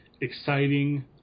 exciting